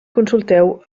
consulteu